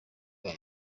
rwa